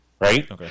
Right